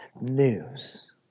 news